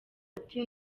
ati